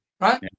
right